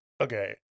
okay